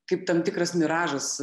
kaip tam tikras miražas